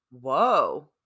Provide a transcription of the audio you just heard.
Whoa